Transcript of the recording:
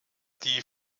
die